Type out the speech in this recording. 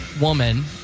woman